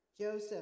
Joseph